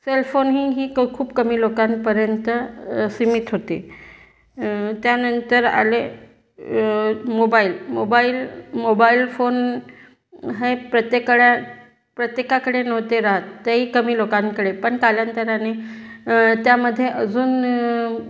सेलफोनही खूप कमी लोकांपर्यंत सीमित होती त्यानंतर आले मोबाईल मोबाईल मोबाईल फोन हे प्रत्येकाक प्रत्येकाकडे नव्हते राहत तेही कमी लोकांकडे पण कालांतराने त्यामध्ये अजून